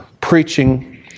preaching